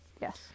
Yes